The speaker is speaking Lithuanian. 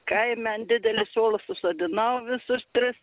kaime ant didelio suolo susodinau visus tris